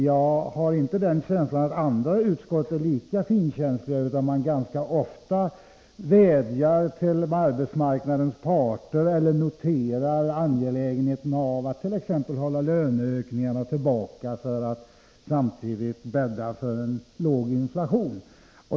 Jag har inte någon känsla av att andra utskott är lika finkänsliga, utan man vädjar ganska ofta till arbetsmarknadens parter eller noterar angelägenheten av att t.ex. hålla löneökningarna tillbaka för att bädda för en låg inflation.